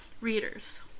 readers